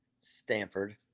Stanford